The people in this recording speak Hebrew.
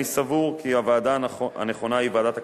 אני סבור כי הוועדה הנכונה היא ועדת הכלכלה,